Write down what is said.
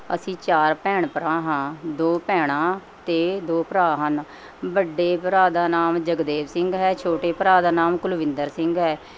ਅਸੀਂ ਚਾਰ ਭੈਣ ਭਰਾ ਹਾਂ ਦੋ ਭੈਣਾਂ ਅਤੇ ਦੋ ਭਰਾ ਹਨ ਵੱਡੇ ਭਰਾ ਦਾ ਨਾਮ ਜਗਦੇਵ ਸਿੰਘ ਹੈ ਛੋਟੇ ਭਰਾ ਦਾ ਨਾਮ ਕੁਲਵਿੰਦਰ ਸਿੰਘ ਹੈ